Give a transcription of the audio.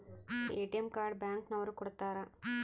ATM card bank ನವರು ಕೊಡ್ತಾರ